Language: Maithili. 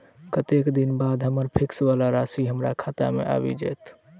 कत्तेक दिनक बाद हम्मर फिक्स वला राशि हमरा खाता मे आबि जैत?